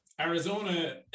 Arizona